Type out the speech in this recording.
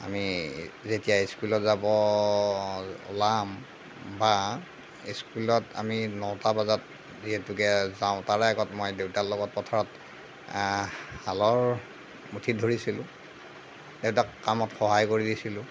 আমি যেতিয়া স্কুলত যাব ওলাম বা স্কুলত আমি নটা বজাত যিহেতুকে যাওঁ তাৰে আগত মই দেউতাৰ লগত পথাৰত হালৰ মুঠিত ধৰিছিলোঁ দেউতাক কামত সহায় কৰি দিছিলোঁ